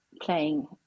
playing